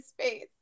space